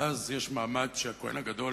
ואז יש מעמד שהכוהן הגדול